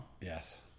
Yes